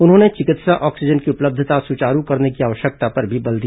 उन्होंने चिकित्सा ऑक्सीजन की उपलब्धता सुचारू करने की आवश्यकता पर भी बल दिया